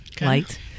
light